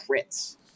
crits